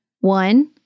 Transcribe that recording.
One